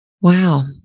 Wow